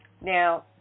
Now